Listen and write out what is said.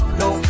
no